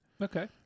Okay